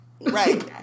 Right